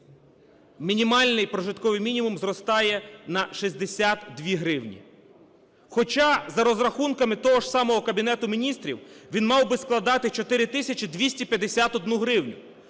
Мінімальний прожитковий мінімум зростає на 62 гривні. Хоча за розрахунками того ж самого Кабінету Міністрів він мав би складати 4 тисячі 251 гривню.